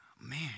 Man